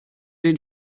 den